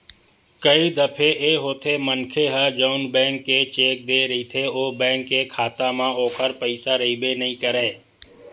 कई दफे ए होथे मनखे ह जउन बेंक के चेक देय रहिथे ओ बेंक के खाता म ओखर पइसा रहिबे नइ करय